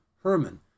Herman